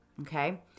Okay